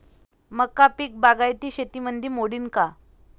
मका पीक बागायती शेतीमंदी मोडीन का?